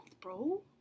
bro